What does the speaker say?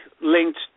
linked